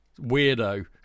weirdo